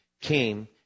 came